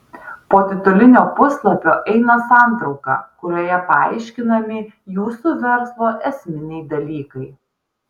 po titulinio puslapio eina santrauka kurioje paaiškinami jūsų verslo esminiai dalykai